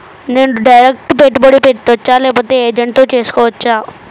నేను డైరెక్ట్ పెట్టుబడి పెట్టచ్చా లేక ఏజెంట్ తో చేస్కోవచ్చా?